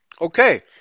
Okay